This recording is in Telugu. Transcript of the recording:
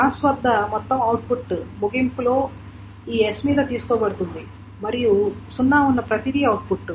పాస్ వద్ద మొత్తం అవుట్పుట్ ముగింపులో ఈ s మీద తీసుకోబడుతుంది మరియు 0 ఉన్న ప్రతిదీ అవుట్పుట్